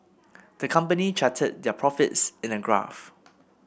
the company charted their profits in a graph